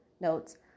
notes